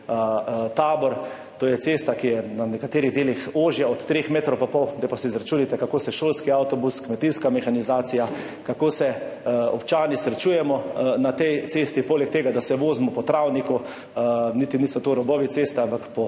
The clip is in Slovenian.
To je cesta, ki je na nekaterih delih ožja od treh metrov pa pol. Zdaj pa si izračunajte, kako se šolski avtobus, kmetijska mehanizacija, kako se občani srečujemo na tej cesti. Poleg tega, da se vozimo po travniku – to niti niso robovi ceste, ampak po